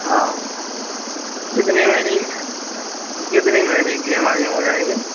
ہاں کتنے مہینے کی کتنے مہینے کی ای ایم آئی ہو جائے گی